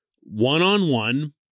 one-on-one